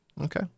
okay